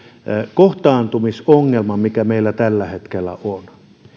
kohtaantumisongelma meillä tällä hetkellä on